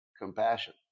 compassion